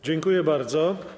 Dziękuję bardzo.